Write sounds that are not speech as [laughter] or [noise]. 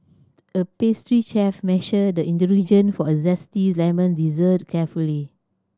a pastry chef measured the [unintelligible] for a zesty lemon dessert carefully